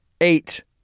eight